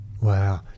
Wow